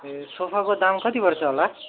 ए सोफाको दाम कति पर्छ होला